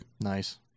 Nice